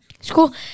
school